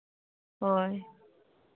ᱦᱳᱭ